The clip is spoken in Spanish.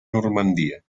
normandía